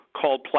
called